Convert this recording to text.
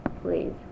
please